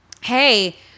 hey